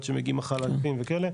עד שמגיעים חלקים וכאלה,